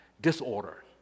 disorder